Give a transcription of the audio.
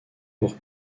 pour